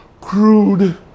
crude